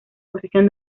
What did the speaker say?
posición